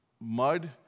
mud